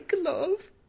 love